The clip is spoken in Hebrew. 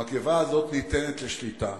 המגפה הזאת ניתנת לשליטה